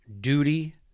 duty